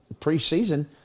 preseason